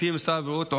לפי משרד הבריאות,